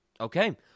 Okay